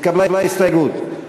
התקבלה הסתייגות.